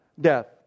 death